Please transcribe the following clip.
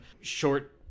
short